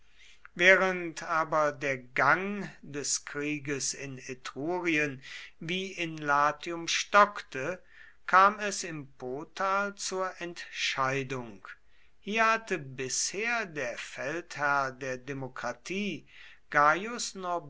während aber der gang des krieges in etrurien wie in latium stockte kam es im potal zur entscheidung hier hatte bisher der feldherr der demokratie